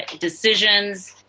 ah decisions